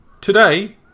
Today